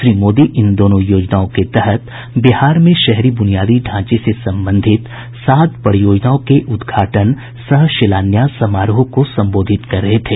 श्री मोदी इन दोनों योजनाओं के तहत बिहार में शहरी ब्रनियादी ढ़ांचे से संबंधित सात परियोजनाओं के उद्घाटन सह शिलान्यास समारोह को संबोधित कर रहे थे